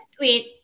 wait